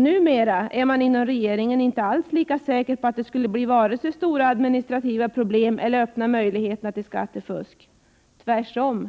Numera är man inom regeringen inte alls lika säker på att det skulle bli vare sig stora administrativa problem eller öppna möjligheterna till skattefusk — tvärtom.